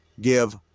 give